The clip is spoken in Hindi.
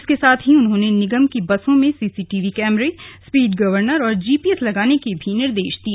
इसके साथ ही उन्होंने निगम की बसों में सीसीटीवी कैमरे स्पीड गवर्नर और जीपीएस लगाने के भी निर्देश दिए